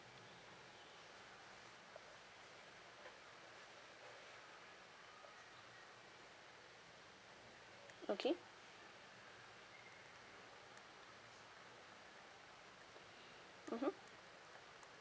okay mmhmm